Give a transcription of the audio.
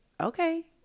Okay